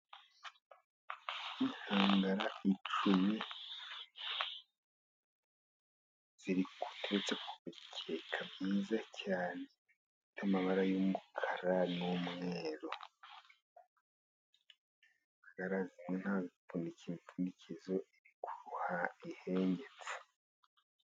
Inkangara icumi ziteretse ku mikeka myiza cyane', ifite amabara y'umukara, n'umweru, inkangara zimwe nta mufuniko ihari iri ku ruhande iregetse.